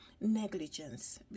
negligence